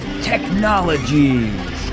technologies